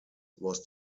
was